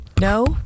No